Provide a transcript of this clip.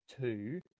two